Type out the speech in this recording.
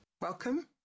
Welcome